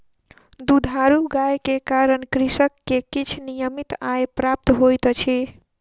दुधारू गाय के कारण कृषक के किछ नियमित आय प्राप्त होइत अछि